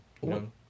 One